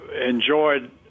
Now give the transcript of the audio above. enjoyed